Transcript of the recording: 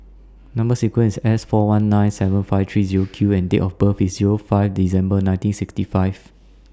Number sequence IS S four one nine seven five three Zero Q and Date of birth IS Zero five December nineteen sixty five